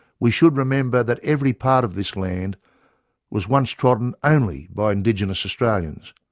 we should remember that every part of this land was once trodden only by indigenous australians,